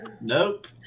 Nope